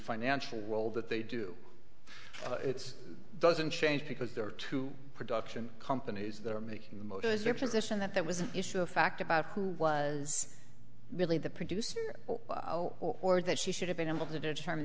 financial well that they do it's doesn't change because there are two production companies that are making the motos their position that there was an issue of fact about who was really the producer or that she should have been able to determine